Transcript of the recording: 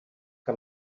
que